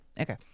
Okay